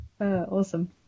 Awesome